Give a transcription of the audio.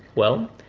well,